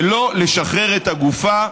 לא לשחרר את הגופה,